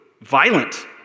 violent